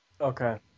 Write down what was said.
Okay